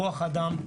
כוח אדם,